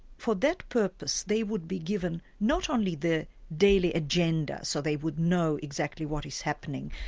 for that purpose, they would be given not only their daily agenda, so they would know exactly what is happening,